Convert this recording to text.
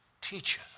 teacher